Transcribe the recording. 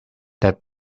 that